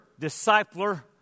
discipler